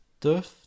Durf